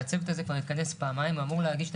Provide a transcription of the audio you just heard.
הצוות הזה כבר התכנס פעמיים והוא אמור להגיש את